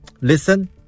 Listen